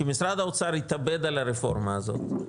כי משרד האוצר "התאבד" על הרפורמה הזאת,